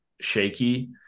shaky